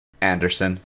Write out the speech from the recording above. Anderson